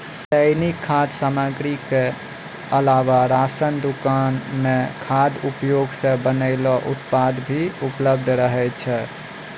दैनिक खाद्य सामग्री क अलावा राशन दुकान म खाद्य उद्योग सें बनलो उत्पाद भी उपलब्ध रहै छै